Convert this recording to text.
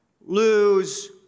lose